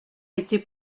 été